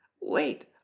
Wait